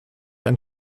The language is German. ein